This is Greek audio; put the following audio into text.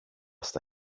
στα